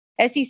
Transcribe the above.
SEC